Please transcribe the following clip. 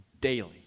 daily